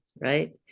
right